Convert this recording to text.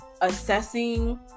assessing